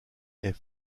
est